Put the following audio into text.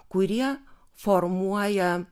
kurie formuoja